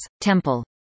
temple